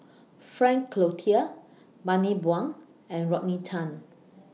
Frank Cloutier Bani Buang and Rodney Tan